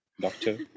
doctor